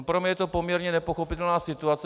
Pro mne je to poměrně nepochopitelná situace.